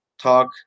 talk